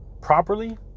properly